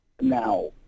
Now